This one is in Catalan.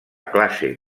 classe